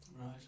Right